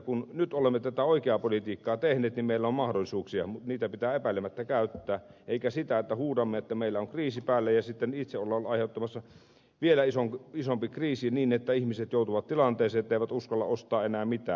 kun nyt olemme tätä oikeaa politiikkaa tehneet niin meillä on mahdollisuuksia mutta niitä pitää epäilemättä käyttää eikä niin että huudamme että meillä on kriisi päällä ja sitten itse olemme aiheuttamassa vielä isomman kriisin niin että ihmiset joutuvat tilanteeseen etteivät uskalla ostaa enää mitään